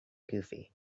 goofy